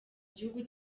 gihugu